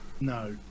no